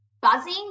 buzzing